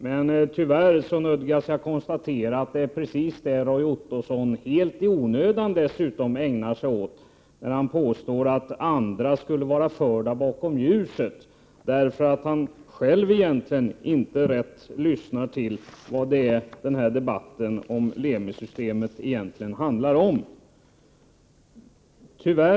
Men tyvärr nödgas jag konstatera att det är precis det Roy Ottosson, helt i onödan dessutom, ägnar sig åt när han påstår att andra skulle vara förda bakom ljuset, för att han själv egentligen inte rätt lyssnar på vad debatten om Lemisystemet handlar om.